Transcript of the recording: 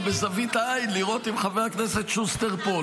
בזווית עין לראות אם חבר הכנסת שוסטר פה.